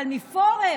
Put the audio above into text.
אבל מפורר,